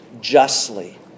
justly